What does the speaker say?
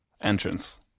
Entrance